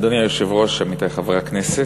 אדוני היושב-ראש, עמיתי חברי הכנסת,